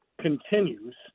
continues